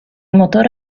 motore